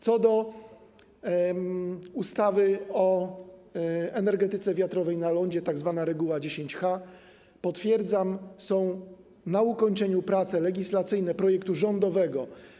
Co do ustawy o energetyce wiatrowej na lądzie, tzw. reguły 10H, potwierdzam, że są na ukończeniu prace legislacyjne projektu rządowego.